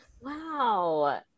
wow